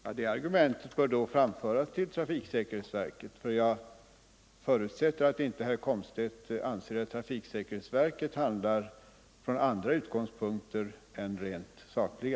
Herr talman! Det argumentet bör i så fall framföras till trafiksäkerhetsverket — jag förutsätter att herr Komstedt inte anser att trafiksäkerhetsverket handlar från andra utgångspunkter än rent sakliga,